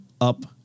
up